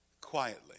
quietly